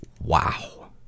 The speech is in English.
Wow